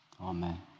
amen